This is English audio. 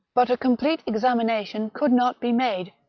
but a com plete examination could not be made,